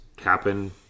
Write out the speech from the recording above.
happen